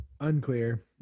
Unclear